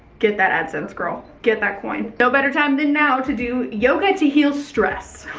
get that ad sense girl, get that coin. no better time than now to do yoga to heal stress.